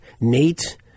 Nate